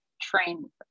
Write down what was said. train